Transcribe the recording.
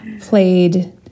played